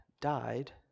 died